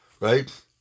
right